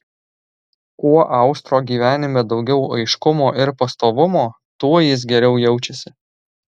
kuo austro gyvenime daugiau aiškumo ir pastovumo tuo jis geriau jaučiasi